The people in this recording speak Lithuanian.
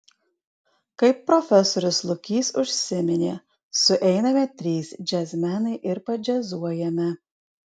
kaip profesorius lukys užsiminė sueiname trys džiazmenai ir padžiazuojame